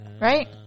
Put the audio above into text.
Right